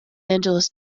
angeles